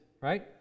right